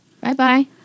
Bye-bye